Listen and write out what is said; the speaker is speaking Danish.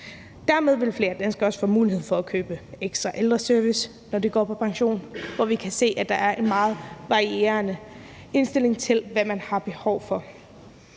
Dermed vil flere danskere også få muligheden for at købe ekstra ældreservice, når de går på pension, hvor vi kan se, at der er en meget varierende indstilling til, hvad man har behov for.